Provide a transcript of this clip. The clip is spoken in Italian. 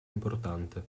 importante